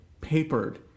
papered